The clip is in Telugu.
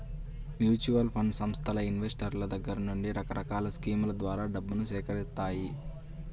మ్యూచువల్ ఫండ్ సంస్థలు ఇన్వెస్టర్ల దగ్గర నుండి రకరకాల స్కీముల ద్వారా డబ్బును సేకరిత్తాయి